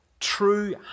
true